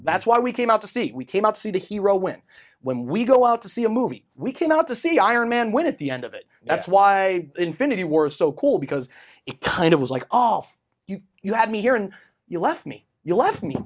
that's why we came out to see it we came out see the hero when when we go out to see a movie we came out to see iron man win at the end of it that's why infinity were so cool because it kind of was like off you you had me here and you left me you left me